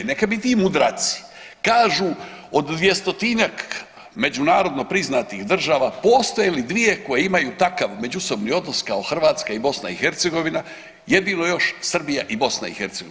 Neka mi ti mudraci kažu od 200-tinjak međunarodno priznatih država postoje li dvije koje imaju takav međusobni odnos kao Hrvatska i BIH, jedino još Srbija i BiH.